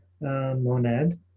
monad